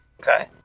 Okay